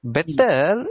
Better